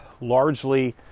largely